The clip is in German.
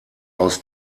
aus